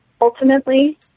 ultimately